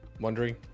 wondering